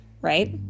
right